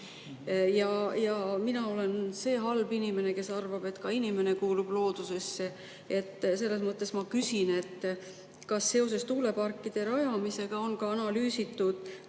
Mina olen see halb inimene, kes arvab, et ka inimene kuulub loodusesse. Selles mõttes ma küsin, kas seoses tuuleparkide rajamisega on analüüsitud,